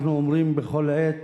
אנחנו אומרים בכל עת